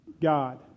God